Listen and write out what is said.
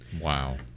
Wow